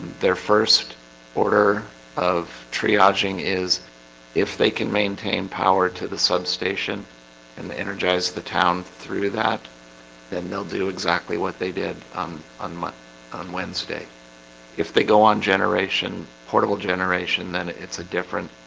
their first order of triaging is if they can maintain power to the substation and the energize the town through that then they'll do exactly what they did um on on my on wednesday if they go on generation portable generation then. it's a different.